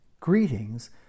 Greetings